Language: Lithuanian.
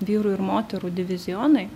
vyrų ir moterų divizionai